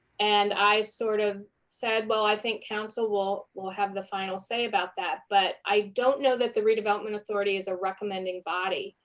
and i sort of said, i think council will will have the final say about that, but i don't know that the redevelopment authority is a recommending body,